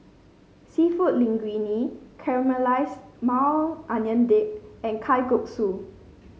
seafood Linguine Caramelized Maui Onion Dip and Kalguksu